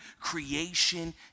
creation